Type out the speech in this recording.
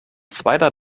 zweiter